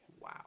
Wow